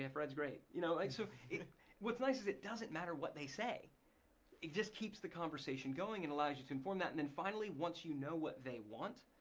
yeah fred's great. you know and so what's nice is it doesn't matter what they say. it just keeps the conversation going and allows you to inform that and and finally once you know what they want,